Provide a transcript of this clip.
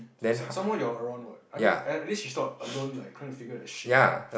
some some more you are around what I mean at at least she's not alone like trying to figure that shit out